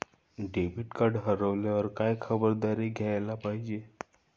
Debit card हरवल्यावर काय खबरदारी घ्यायला पाहिजे?